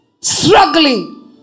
Struggling